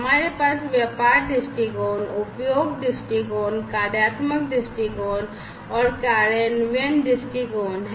हमारे पास व्यापार दृष्टिकोण उपयोग दृष्टिकोण कार्यात्मक दृष्टिकोण और कार्यान्वयन दृष्टिकोण हैं